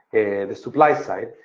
the supply side?